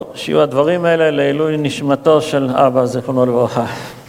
שיהיו הדברים האלה לעילוי נשמתו של אבא, זכרונו לברכה.